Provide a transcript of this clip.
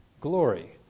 glory